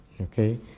Okay